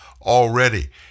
already